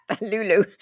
Lulu